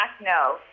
no